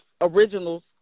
originals